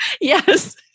Yes